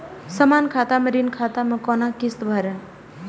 समान खाता से ऋण खाता मैं कोना किस्त भैर?